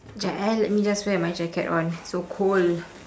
jap eh let me just wear my jacket on so cold